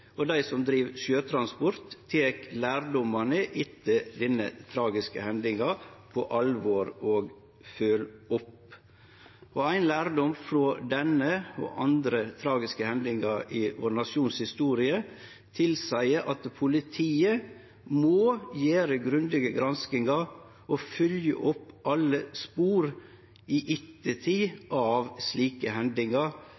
og dei som driv sjøtransport, tek lærdomane etter denne tragiske hendinga på alvor og følgjer opp. Ein lærdom frå denne og andre tragiske hendingar i historia til nasjonen vår tilseier at politiet må gjere grundige granskingar og følgje opp alle spor i